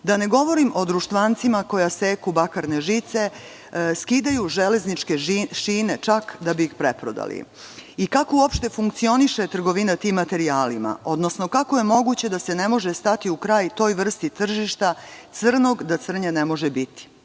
Da ne govorim o društvancima koji seku bakarne žice, skidaju železničke šine da bi ih preprodali. Kako uopšte funkcioniše trgovina tim materijalima, odnosno kako je moguće da se ne može stati u kraj toj vrsti tržišta crnog da crnje ne može biti?